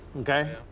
ok.